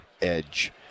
edge